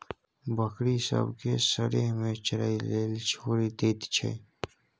बकरी सब केँ सरेह मे चरय लेल छोड़ि दैत छै